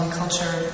culture